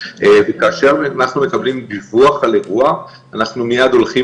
כאשר אנחנו מקבלים דיווח על אירוע אנחנו מיד הולכים